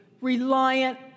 reliant